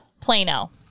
Plano